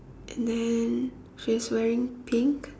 and then she's wearing pink